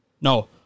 No